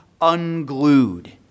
unglued